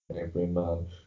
Everyman